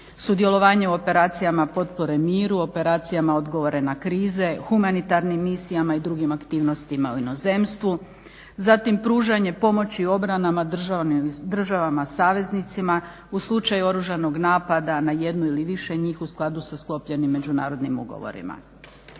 sudjelovanje u operacijama potpore miru, operacijama odgovora na krize, humanitarnim misijama i drugim aktivnostima u inozemstvu. Zatim pružanje pomoći u obranama državama saveznicima u slučaju oružanog napada na jednu ili više njih u skladu sa sklopljenim međunarodnim ugovorima.